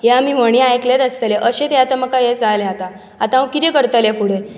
आमी म्हणी आयकलेच आसतलें अशें तें म्हाका हें जालें आतां आतां हांव कितें करतलें फुडें